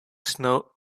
snow